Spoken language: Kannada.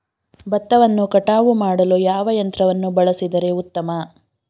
ಭತ್ತವನ್ನು ಕಟಾವು ಮಾಡಲು ಯಾವ ಯಂತ್ರವನ್ನು ಬಳಸಿದರೆ ಉತ್ತಮ?